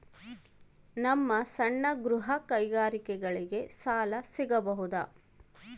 ನಮ್ಮ ಸಣ್ಣ ಗೃಹ ಕೈಗಾರಿಕೆಗೆ ಸಾಲ ಸಿಗಬಹುದಾ?